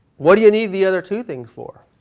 what do you need the other two things for?